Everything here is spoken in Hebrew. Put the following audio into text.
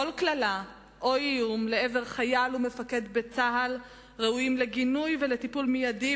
כל קללה או איום לעבר חייל או מפקד בצה"ל ראויים לגינוי ולטיפול מיידי,